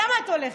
למה את הולכת,